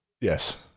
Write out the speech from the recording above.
Yes